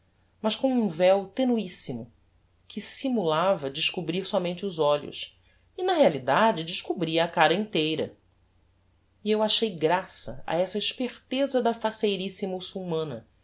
mas com um veu tenuissimo que simulava descobrir somente os olhos e na realidade descobria a cara inteira e eu achei graça a essa esperteza da faceirice